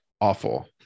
awful